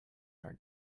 are